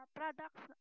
products